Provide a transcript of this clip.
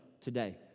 today